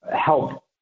help